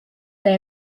they